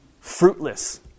fruitless